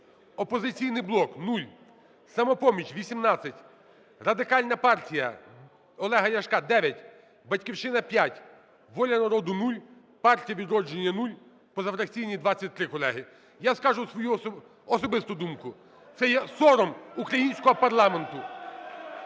"Опозиційний блок" – 0, "Самопоміч" – 18, Радикальна партія Олега Ляшка – 9, "Батьківщина" – 5, "Воля народу" – 0, "Партія "Відродження" – 0, позафракційні – 23, колеги. Я скажу свою особисту думку. Це є сором українського парламенту!